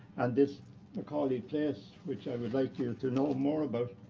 and this mcauley place, which i would like yeah to know more about,